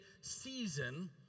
season